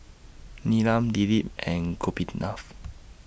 Neelam Dilip and Gopinath